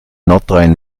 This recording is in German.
nordrhein